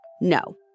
No